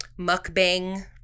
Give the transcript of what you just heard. mukbang